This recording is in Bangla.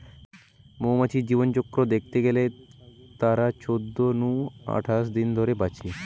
মৌমাছির জীবনচক্র দ্যাখতে গেলে তারা চোদ্দ নু আঠাশ দিন ধরে বাঁচে